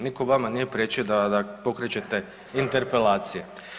Nitko vama nije priječio da pokrećete interpelacije.